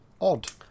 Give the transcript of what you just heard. Odd